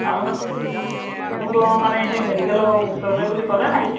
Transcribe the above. আপোনাৰ ডিব্ৰুগড়ৰ মানে সেই মেডিকেলৰ ওচৰতে বুলি ক'লে নাই